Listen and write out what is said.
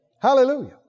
Hallelujah